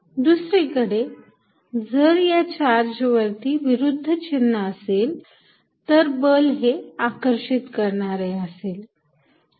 दुसरीकडे जर या चार्ज वरती विरुद्ध चिन्ह असेल तर बल हे आकर्षित करणारे असेल